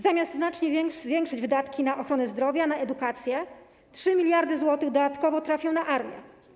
Zamiast znacznie zwiększyć wydatki na ochronę zdrowia i edukację, 3 mld zł dodatkowo trafią na armię.